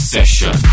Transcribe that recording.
Session